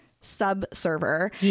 sub-server